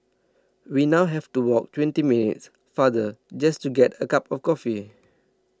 we now have to walk twenty minutes farther just to get a cup of coffee